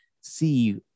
see